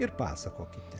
ir pasakokite